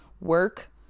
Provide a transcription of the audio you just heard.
work